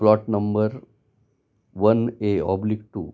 plot number one a oblique two